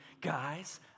guys